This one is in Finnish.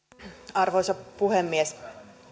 arvoisa puhemies